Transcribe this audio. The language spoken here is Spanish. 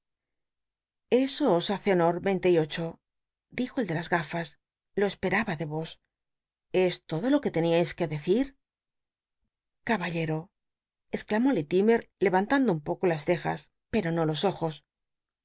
hace honor veinte y ocho dijo el de las gafits lo cspcl'aba de yo eti todo lo que l eniais que decir caballero exclamó lillimer levantando un poco las cejas pero no los ojos he